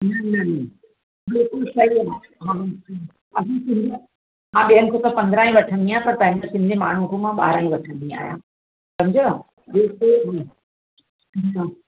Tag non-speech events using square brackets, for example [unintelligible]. न न [unintelligible] हा ॿियनि खां त पंद्राहं ई वठंदी आहियां पर पंहिंजे सिंधी माण्हूं खां मां ॿारहं ई वठंदी आहियां सम्झुव [unintelligible]